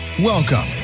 Welcome